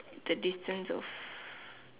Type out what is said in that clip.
the distance of